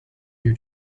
new